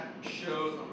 shows